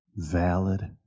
Valid